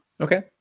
Okay